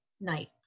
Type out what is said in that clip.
night